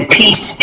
peace